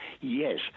Yes